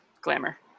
glamour